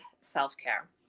self-care